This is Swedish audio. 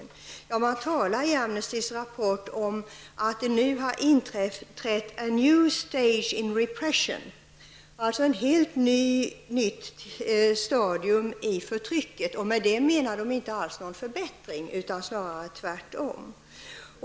Man talar i Amnestys rapport om att det nu har inträtt a new stage in repression, ett nytt stadium i förtrycket. Med detta menar man ingen förbättring, utan snarare tvärtom.